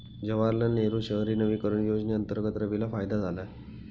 जवाहरलाल नेहरू शहरी नवीकरण योजनेअंतर्गत रवीला फायदा झाला